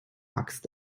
axt